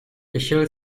těšil